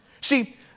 See